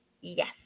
Yes